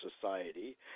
society